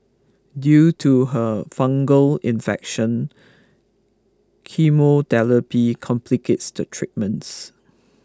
due to her fungal infection chemotherapy complicates the treatments